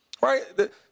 Right